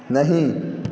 नहि